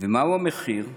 ומהו המחיר?